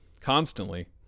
constantly